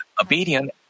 obedient